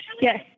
Yes